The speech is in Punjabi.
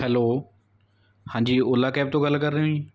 ਹੈਲੋ ਹਾਂਜੀ ਓਲਾ ਕੈਬ ਤੋਂ ਗੱਲ ਕਰ ਰਹੇ ਹੋ ਜੀ